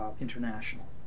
international